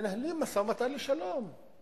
מנהלים משא-ומתן לשלום.